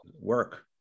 work